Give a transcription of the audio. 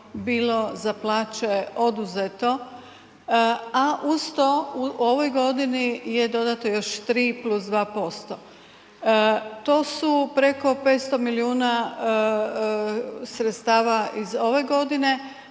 bilo za plaće oduzeto a uz to u ovoj godini je dodato još 3 + 2%. To su preko 500 milijuna sredstava iz ove godine